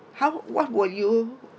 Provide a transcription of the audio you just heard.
how what will you